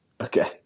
Okay